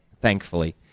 thankfully